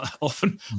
often